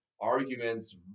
arguments